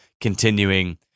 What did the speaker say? continuing